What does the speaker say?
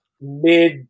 mid